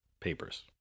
Papers